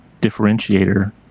differentiator